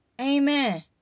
Amen